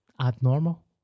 abnormal